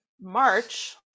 March